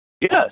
Yes